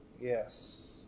Yes